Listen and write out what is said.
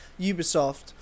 Ubisoft